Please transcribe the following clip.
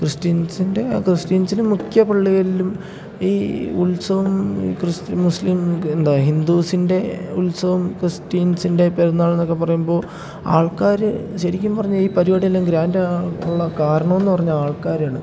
ക്രിസ്ത്യൻസിൻ്റെ ആ ക്രിസ്ത്യൻസിന് മുഖ്യ പള്ളികളിലും ഈ ഉത്സവം ഈ ക്രിസ്തു മുസ്ലിം എന്താ ഹിന്ദൂസിൻ്റെ ഉത്സവം ക്രിസ്ത്യൻസിൻ്റെ പെരുന്നാൾ എന്നൊക്കെ പറയുമ്പോൾ ആൾക്കാർ ശരിക്കും പറഞ്ഞാൽ ഈ പരിപാടിയെല്ലാം ഗ്രാൻഡായിട്ടുള്ള കാരണമെന്നു പറഞ്ഞാൽ ആൾക്കാരാണ്